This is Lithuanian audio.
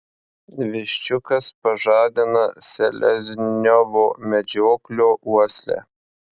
viščiukas pažadina selezniovo medžioklio uoslę